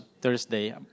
Thursday